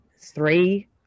three